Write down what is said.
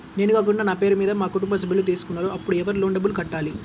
నేను కాకుండా నా పేరు మీద మా కుటుంబ సభ్యులు తీసుకున్నారు అప్పుడు ఎవరు లోన్ డబ్బులు కట్టాలి?